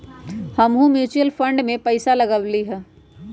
हमहुँ mutual fund में पइसा लगइली हबे